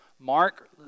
Mark